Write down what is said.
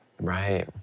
Right